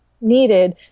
needed